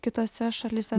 kitose šalyse